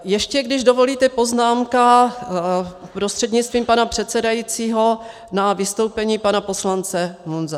Ještě, když dovolíte, poznámka prostřednictvím pana předsedajícího na vystoupení pana poslance Munzara.